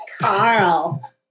Carl